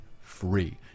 free